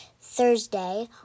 Thursday